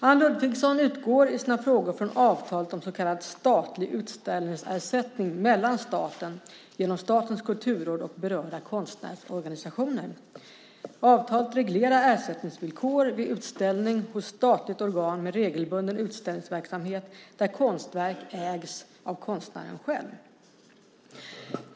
Anne Ludvigsson utgår i sina frågor från avtalet om så kallad statlig utställningsersättning mellan staten genom Statens kulturråd och berörda konstnärsorganisationer. Avtalet reglerar ersättningsvillkor vid utställning hos statligt organ med regelbunden utställningsverksamhet där konstverk ägs av konstnären själv.